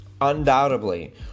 undoubtedly